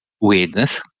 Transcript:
weirdness